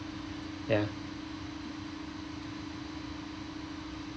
ya